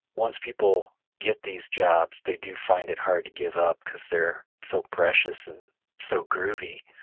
once people get these jobs, they do find it hard to give up because they're so precious and so groovy,